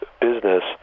business